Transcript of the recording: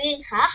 ולפיכך